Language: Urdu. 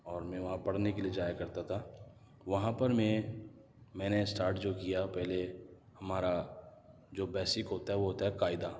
اور میں وہاں پڑھنے کے لئے جایا کرتا تھا وہاں پر میں میں نے اسٹارٹ جو کیا پہلے ہمارا جو بیسک ہوتا ہے وہ ہوتا ہے قاعدہ